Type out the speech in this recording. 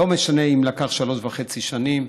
לא משנה אם זה נמשך שלוש וחצי שנים.